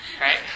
right